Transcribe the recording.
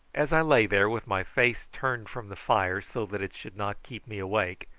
as i lay there with my face turned from the fire, so that it should not keep me awake,